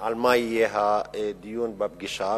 על מה יהיה הדיון בפגישה.